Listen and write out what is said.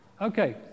Okay